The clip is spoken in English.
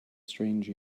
strange